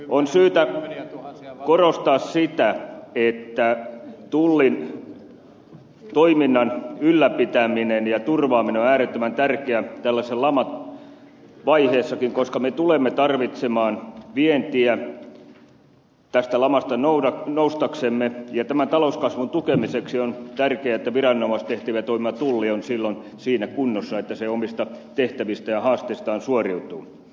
on syytä korostaa sitä että tullin toiminnan ylläpitäminen ja turvaaminen on äärettömän tärkeää tällaisessa lamavaiheessakin koska me tulemme tarvitsemaan vientiä tästä lamasta noustaksemme ja tämän talouskasvun tukemiseksi on tärkeää että viranomaistehtävissä toimiva tulli on silloin siinä kunnossa että se omista tehtävistään ja haasteistaan suoriutuu